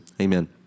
amen